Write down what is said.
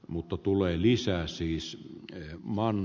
muutto tulee lisää siis eu maan